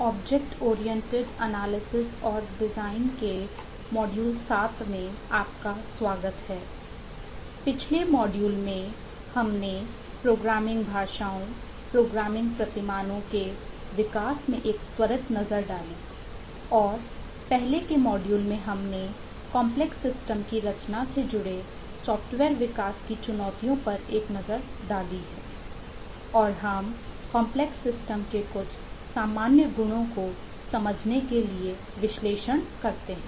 object oriented analysis और design के कुछ सामान्य गुणों को समझने के लिए विश्लेषण करते हैं